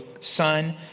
son